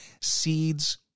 Seeds